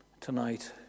tonight